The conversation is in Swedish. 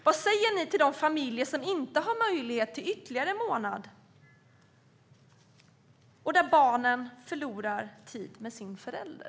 Vad säger ni till de familjer som inte har möjlighet till ytterligare månad och där barnen förlorar tid med en förälder?